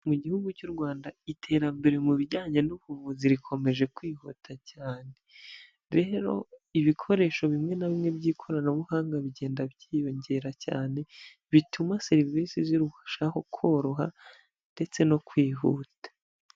Mu gihugu cy'u Rwanda iterambere mu bijyanye n'ubuvuzi rikomeje kwihuta cyane. Rero ibikoresho bimwe na bimwe by'ikoranabuhanga bigenda byiyongera cyane, bituma serivisi zirushaho koroha ndetse no kwihuta.